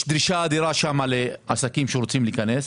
דרישה אדירה שם לעסקים שרוצים להיכנס.